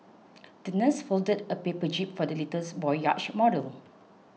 the nurse folded a paper jib for the little boy's yacht model